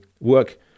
work